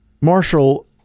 Marshall